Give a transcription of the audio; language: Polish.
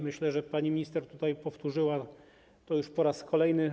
Myślę, że pani minister powtórzyła to już po raz kolejny.